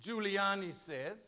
giuliani says